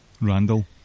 Randall